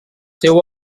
seu